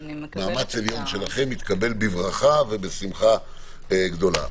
מאמץ עליון שלכם יתקבל בברכה ובשמחה גדולה.